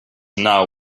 now